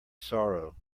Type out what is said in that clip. sorrow